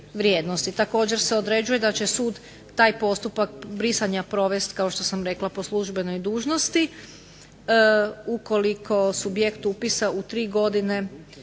Također se određuje da će sud taj postupak brisanja provesti kao što sam rekla po službenoj dužnosti. Ukoliko subjekt upisa u tri godine